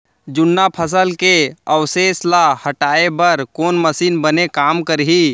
जुन्ना फसल के अवशेष ला हटाए बर कोन मशीन बने काम करही?